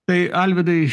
tai alvydai